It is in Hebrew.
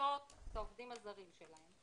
שמגישות לעובדים הזרים שלהם,